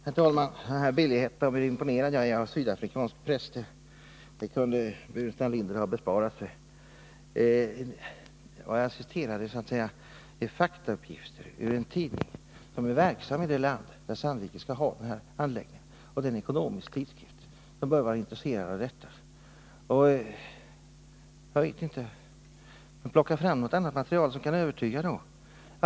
Herr talman! Billigheten om att jag skulle vara imponerad av sydafrikansk press kunde herr Burenstam Linder ha besparat sig. Vad jag refererade var faktauppgifter ur en tidning som är verksam i det land där Sandviken skall placera anläggningen i fråga. Det gäller en ekonomisk tidskrift, som bör vara initierad i detta. Försök i stället plocka fram något annat material, som övertygande kan stödja er ståndpunkt!